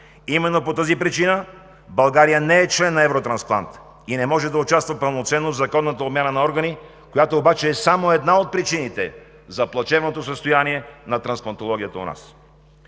Именно по тази причина България не е член на Евротрансплант и не може да участва пълноценно в законната обмяна на органи, която обаче е само една от причините за плачевното състояние на трансплантологията у нас.